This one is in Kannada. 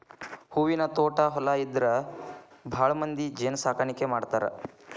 ಹೂವಿನ ತ್ವಾಟಾ ಹೊಲಾ ಇದ್ದಾರ ಭಾಳಮಂದಿ ಜೇನ ಸಾಕಾಣಿಕೆ ಮಾಡ್ತಾರ